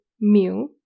meal